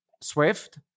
swift